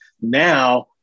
now